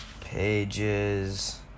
pages